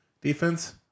defense